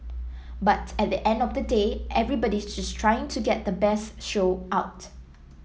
but at the end of the day everybody's just trying to get the best show out